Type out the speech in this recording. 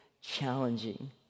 challenging